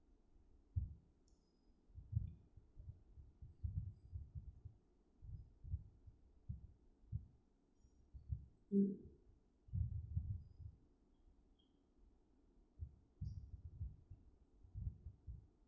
mm